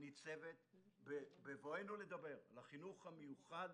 ניצבת בבואנו לדבר על החינוך המיוחד